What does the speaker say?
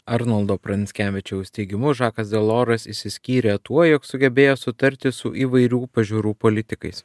arnoldo pranckevičiaus teigimu žakas deloras išsiskyrė tuo jog sugebėjo sutarti su įvairių pažiūrų politikais